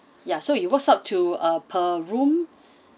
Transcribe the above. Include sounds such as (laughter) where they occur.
ya so it was up to uh per room (breath)